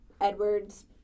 Edward's